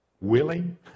willing